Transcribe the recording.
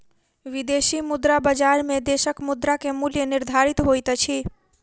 विदेशी मुद्रा बजार में देशक मुद्रा के मूल्य निर्धारित होइत अछि